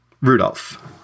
Rudolph